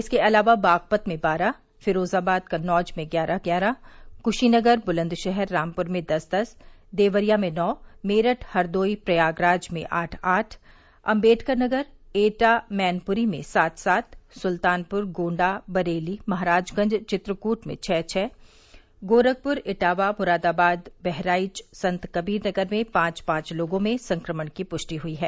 इसके अलावा बागपत में बारह फिरोजाबाद कन्नौज में ग्यारह ग्यारह कुशीनगर बुलंदश ाहर रामपुर में दस दस देवरिया में नौ मेरठ हरदोई प्रयागराज में आठ आठ अम्बेडकर नगर एटा मैनपुरी में सात सात सुल्तानपुर गोण्डा बरेली महराजगंज चित्रकूट में छह छह गोरखपुर इटावा मुरादाबाद बहराइच संतकबीरनगर में पांच पांच लोगों में कोरोना संक्रमण की पुष्टि हुई है